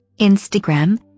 Instagram